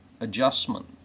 adjustment